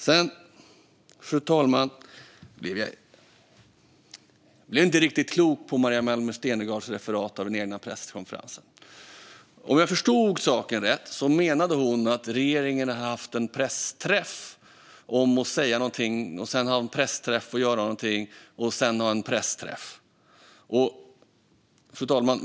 Fru talman! Jag blev inte riktigt klok på Maria Malmer Stenergards referat av den egna presskonferensen. Om jag förstod saken rätt menade hon att regeringen har haft en pressträff om att säga någonting, sedan haft en pressträff om att göra någonting, och sedan haft en pressträff igen. Fru talman!